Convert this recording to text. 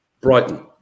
Brighton